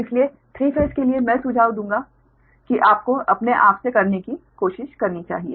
इसलिए 3 फेस के लिए मैं सुझाव दूंगा कि आपको अपने आपसे करने की कोशिश करनी चाहिए